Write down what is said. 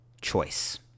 choice